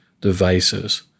devices